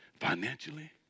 Financially